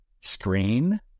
screen